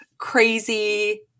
Crazy